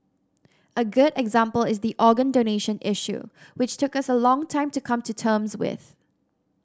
a good example is the organ donation issue which took us a long time to come to terms with